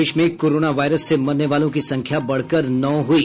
प्रदेश में corona virus से मरने वालों की संख्या बढ़कर नौ हुई